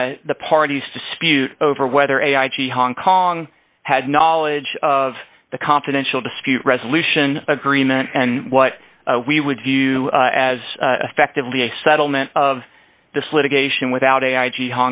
about the parties dispute over whether a high g hong kong had knowledge of the confidential dispute resolution agreement and what we would view as effectively a settlement of this litigation without a i g